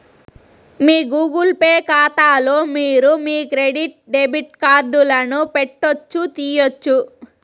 మీ Google Pay కాతాలో మీరు మీ క్రెడిట్ డెబిట్ కార్డులను పెట్టొచ్చు, తీయొచ్చు